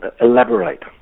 elaborate